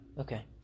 Okay